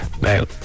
now